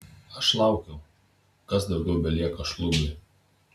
aš laukiu kas daugiau belieka šlubiui